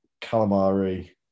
calamari